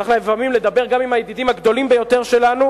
צריך לפעמים לדבר גם עם הידידים הגדולים ביותר שלנו